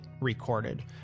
recorded